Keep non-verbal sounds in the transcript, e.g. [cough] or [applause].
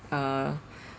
uh [breath]